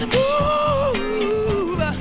move